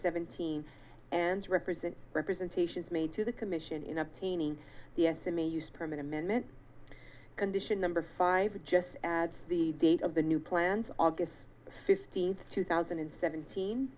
seventeen and represent representations made to the commission in obtaining the estimate used permanent mint condition number five just adds the date of the new plans aug fifteenth two thousand and seventeen